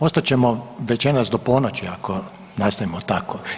Ostat ćemo večeras do ponoći ako nastavimo tako.